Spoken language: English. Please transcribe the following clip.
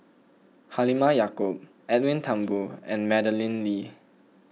Halimah Yacob Edwin Thumboo and Madeleine Lee